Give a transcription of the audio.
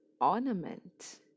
ornament